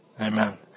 amen